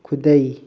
ꯈꯨꯗꯩ